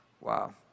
Wow